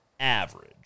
Average